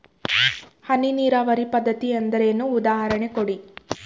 ಹನಿ ನೀರಾವರಿ ಪದ್ಧತಿ ಎಂದರೇನು, ಉದಾಹರಣೆ ಕೊಡಿ?